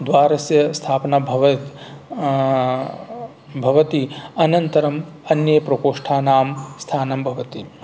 द्वारस्य स्थापना भवेत् भवति अनन्तरम् अन्ये प्रकोष्ठानां स्थानं भवति